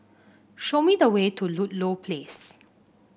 show me the way to Ludlow Place